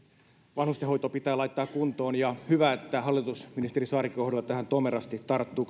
vanhustenhoito pitää laittaa kuntoon ja on hyvä että hallitus ministeri saarikon johdolla tähän tomerasti tarttuu